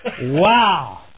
Wow